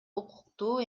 укуктуу